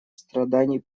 страданий